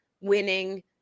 winning